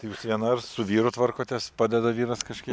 jūs viena ar su vyru tvarkotės padeda vyras kažkiek